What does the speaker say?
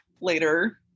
later